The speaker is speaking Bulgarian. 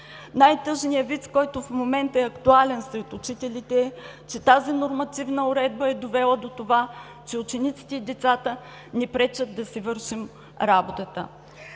Най-тъжният виц, който в момента е актуален сред учителите, е, че тази нормативна уредба е довела до това, че учениците и децата ни пречат да си вършим работата.